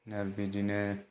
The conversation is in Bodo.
आरो बिदिनो